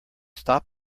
stop